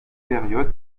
période